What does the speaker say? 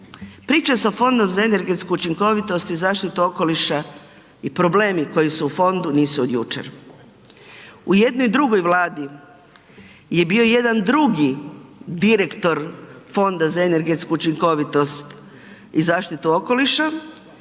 priče sa Fondom za energetsku učinkovitost i zaštitu okoliša i problemi koji su u fondu nisu od jučer. U jednoj drugoj Vladi je bio jedan drugi direktor Fonda za energetsku učinkovitost i zaštitu okoliša